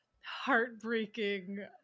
heartbreaking